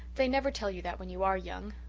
they never tell you that when you are young.